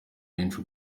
benshi